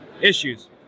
issues